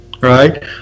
Right